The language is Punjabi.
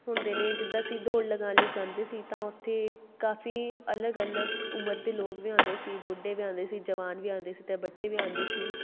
ਹੁੰਦੇ ਨੇ ਜਿੱਦਾਂ ਅਸੀਂ ਦੋੜ ਲਗਾਉਣ ਲਈ ਜਾਂਦੇ ਸੀ ਤਾਂ ਉੱਥੇ ਕਾਫ਼ੀ ਅਲੱਗ ਅਲੱਗ ਉਮਰ ਦੇ ਲੋਕ ਵੀ ਆਉਂਦੇ ਸੀ ਬੁੱਢੇ ਵੀ ਆਉਂਦੇ ਸੀ ਜਵਾਨ ਵੀ ਆਉਂਦੇ ਸੀ ਅਤੇ ਬੱਚੇ ਵੀ ਆਉਂਦੇ ਸੀ